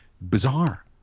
bizarre